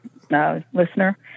listener